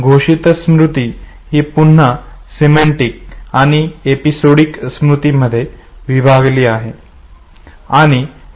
घोषित स्मृती ही पुन्हा सिमेंटिक आणि एपिसोडिक स्मृतीमध्ये विभागलेली आहे